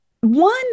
One